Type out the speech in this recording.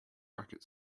racket